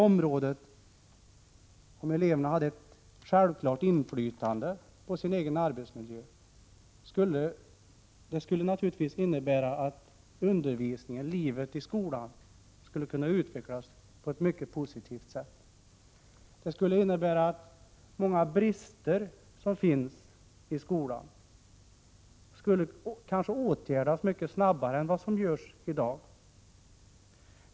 Om eleverna hade ett självklart inflytande över sin egen arbetsmiljö skulle det innebära att undervisningen och livet i skolan skulle kunna utvecklas på ett mycket positivt sätt. Det skulle innebära att många brister i skolan kunde åtgärdas mycket snabbare än vad som sker i dag.